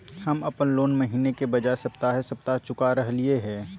हम अप्पन लोन महीने के बजाय सप्ताहे सप्ताह चुका रहलिओ हें